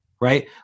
right